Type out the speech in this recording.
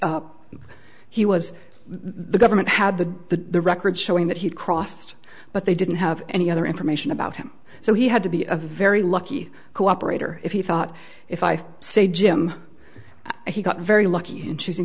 he was the government had the records showing that he'd crossed but they didn't have any other information about him so he had to be a very lucky cooperator if he thought if i say jim he got very lucky in choosing